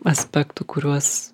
aspektų kuriuos